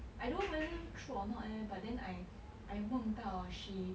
I don't know whether true or not eh but then I I 梦到 she